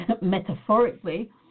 metaphorically